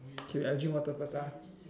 okay I drink water first ah